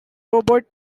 robert